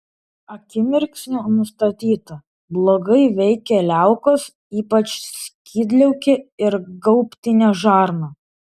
akimirksniu nustatyta blogai veikia liaukos ypač skydliaukė ir gaubtinė žarna